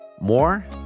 More